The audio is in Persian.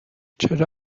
چرا